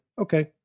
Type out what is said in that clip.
okay